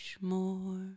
more